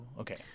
okay